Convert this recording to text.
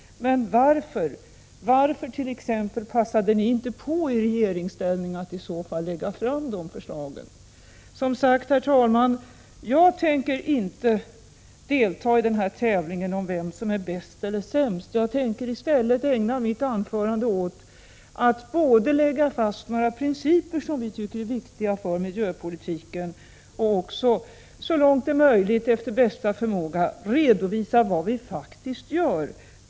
Men varför passade ni inte på att lägga fram de förslagen när ni var i regeringsställning? Herr talman! Jag tänker som sagt inte delta i tävlingen om vem som är bäst eller sämst. Jag tänker i stället ägna mitt anförande åt att lägga fast några principer som vi tycker är viktiga för miljöpolitiken och så långt det är möjligt och efter bästa förmåga redovisa vad vi faktiskt gör.